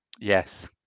Yes